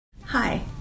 Hi